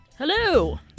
Hello